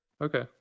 Okay